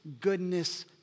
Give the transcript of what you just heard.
goodness